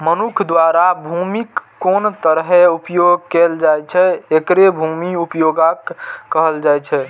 मनुक्ख द्वारा भूमिक कोन तरहें उपयोग कैल जाइ छै, एकरे भूमि उपयोगक कहल जाइ छै